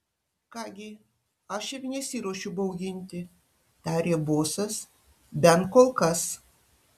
ką gi aš ir nesiruošiu bauginti tarė bosas bent kol kas